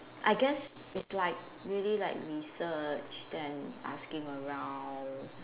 I guess it's like really like research then asking around